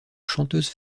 chanteuse